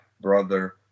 brother